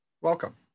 welcome